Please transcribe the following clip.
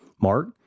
Mark